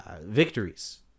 victories